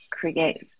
create